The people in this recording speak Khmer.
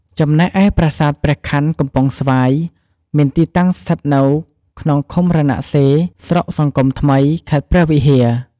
ចំណែកឯប្រាសាទព្រះខ័នកំពង់ស្វាយ មានទីតាំងស្ថិតនៅក្នុង ឃុំរណសិរ្ស ស្រុកសង្គមថ្មី ខេត្តព្រះវិហារ។